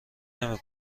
نمی